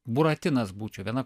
buratinas būčiau viena